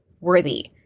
worthy